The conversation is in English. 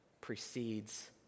precedes